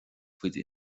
faide